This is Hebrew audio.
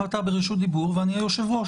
אתה ברשות דיבור ואני היושב ראש,